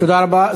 תודה רבה.